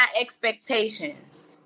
expectations